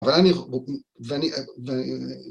אבל אני